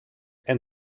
and